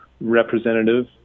representative